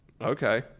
Okay